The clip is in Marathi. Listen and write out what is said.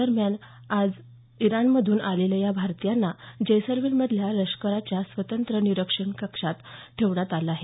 दरम्यान आज इराणमधून आलेल्या या भारतीयांना जैसलमेरमधल्या लष्कराच्या स्वतंत्र निरीक्षण केंद्रात ठेवण्यात आलं आहे